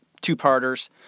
two-parters